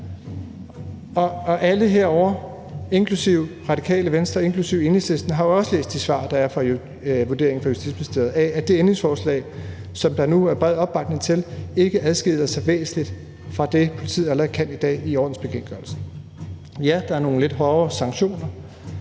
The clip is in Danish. til højre i salen og Radikale Venstre og Enhedslisten har også læst de svar, der er fra Justitsministeriet, med vurderingen af, at det ændringsforslag, som der nu er bred opbakning til, ikke adskiller sig væsentligt fra det, politiet allerede kan i dag i ordensbekendtgørelsen. Ja, der er nogle lidt hårdere sanktioner,